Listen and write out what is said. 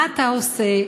מה אתה עושה,